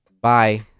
Bye